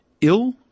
ill